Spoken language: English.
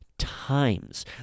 Times